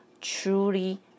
truly